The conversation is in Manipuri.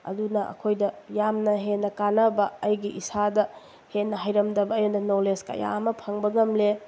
ꯑꯗꯨꯅ ꯑꯩꯈꯣꯏꯗ ꯌꯥꯝꯅ ꯍꯦꯟꯅ ꯀꯥꯟꯅꯕ ꯑꯩꯒꯤ ꯏꯁꯥꯗ ꯍꯦꯟꯅ ꯍꯩꯔꯝꯗꯕ ꯑꯩꯉꯣꯟꯗ ꯅꯣꯂꯦꯖ ꯀꯌꯥ ꯑꯃ ꯐꯪꯕ ꯉꯝꯂꯦ